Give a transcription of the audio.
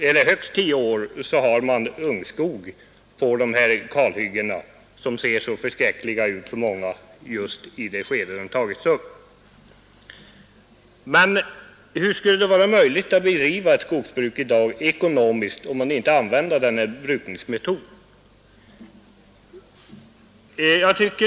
Efter högst tio år har man ungskog på de kalhyggen som för många ser så förskräckliga ut just i det skede när de tagits upp. Men hur skulle det i dag vara möjligt att bedriva ett skogsbruk ekonomiskt om man inte använde denna brukningsmetod?